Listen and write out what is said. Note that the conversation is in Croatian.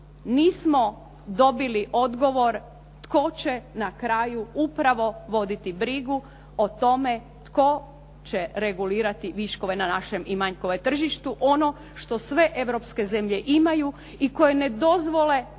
nismo dobili odgovor tko će na kraju upravo voditi brigu o tome tko će regulirati viškove na našem i manjkove na tržištu ono što sve europske zemlje imaju i koje ne dozvole